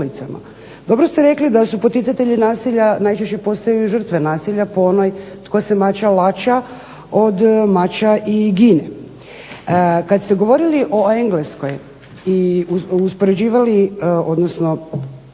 Dobro ste rekli da su poticatelji nasilja najčešće postaju žrtve nasilja po onoj tko se mača laća, od mača i gine. Kada ste govorili o Engleskoj i navodili čuveni